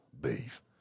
beef